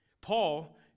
Paul